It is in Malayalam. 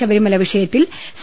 ശബരിമല വിഷയ ത്തിൽ സി